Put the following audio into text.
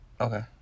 Okay